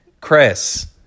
Chris